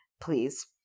Please